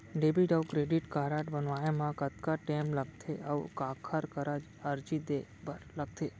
Debit अऊ credit card बनवाए मा कतका टेम लगथे, अऊ काखर करा अर्जी दे बर लगथे?